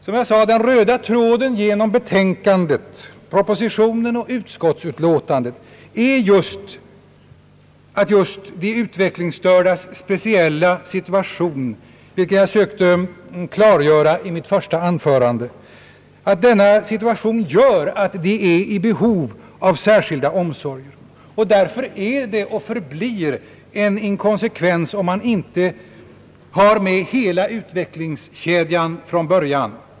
Som jag sade är den röda tråden genom betänkandet, propositionen och utskottets utlåtande att just de utvecklingsstördas speciella situation, vilken jag sökte klarlägga i mitt första anförande, gör att de är i behov av särskilda omsorger. Därför är det och förblir en inkonsekvens, om man inte tar med hela utvecklingskedjan från början.